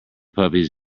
puppies